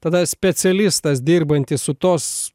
tada specialistas dirbantis su tos